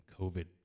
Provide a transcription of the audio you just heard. COVID